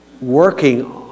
working